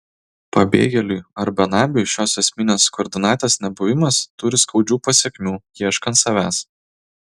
pabėgėliui ar benamiui šios esminės koordinatės nebuvimas turi skaudžių pasekmių ieškant savęs